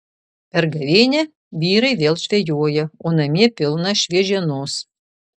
per gavėnią vyrai vėl žvejoja o namie pilna šviežienos